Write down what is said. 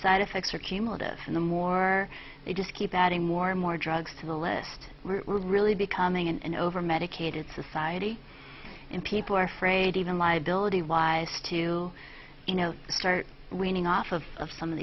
side effects are cumulative and the more they just keep adding more and more drugs to the list we're really becoming an overmedicated society in people are afraid even liability wise to you know start weaning off of of some of